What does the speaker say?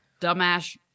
dumbass